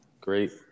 Great